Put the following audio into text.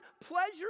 pleasure